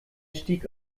stieg